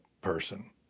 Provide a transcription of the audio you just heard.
person